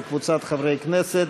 וקבוצת חברי הכנסת,